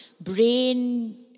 brain